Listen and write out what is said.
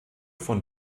von